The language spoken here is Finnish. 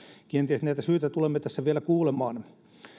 kenties näitä syitä tulemme tässä vielä kuulemaan